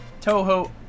Toho